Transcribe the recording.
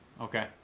okay